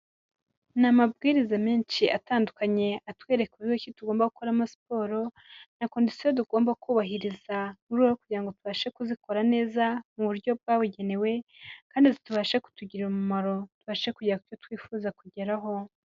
Ni amabwiriza menshi atandukanye, atwereka uburyo ki tugomba gukoramo siporo, na kondisiyo tugomba kubahiriza mu rwego rwo kugira ngo tubashe kuzikora neza, mu buryo bwabugenewe, kandi tubashe kutugirira umumaro, tubashe kugera ku cyo twifuza kugeraho.